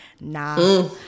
nah